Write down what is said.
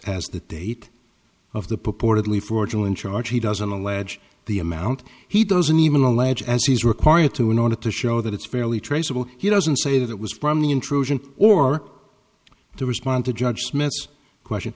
facts as the date of the purportedly for julian charge he doesn't allege the amount he doesn't even allege as he's required to in order to show that it's fairly traceable he doesn't say that it was from the intrusion or to respond to judge smith's question